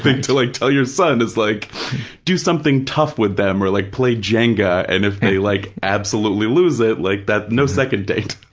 think, to like tell your son, is like do something tough with them or like play jenga and if they like absolutely lose it, like that, no second date,